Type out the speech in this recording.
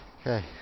Okay